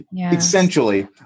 essentially